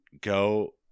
go